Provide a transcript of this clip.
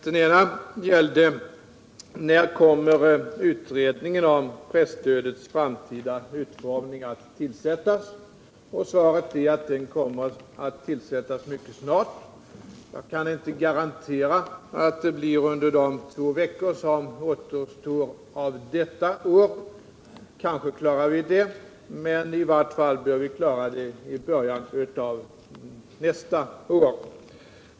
Den ena frågan var: När kommer utredningen om presstödets framtida utformning att tillsättas? Svaret är att den kommer att tillsättas mycket snart. Jag kan inte garantera att det blir under de drygt två veckor som återstår av detta år — kanske klarar vi det — men i vart fall bör det ske i början av nästa år.